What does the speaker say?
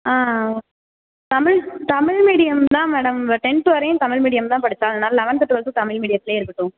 Tamil Tamil medium தான் madam இவ tenth வரையும் தமிழ் மீடியம் தான் படிச்சா அதனால லெவன்த்து டுவெல்த்து தமிழ் மீடியத்துலே இருக்கட்டும்